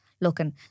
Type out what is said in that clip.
looking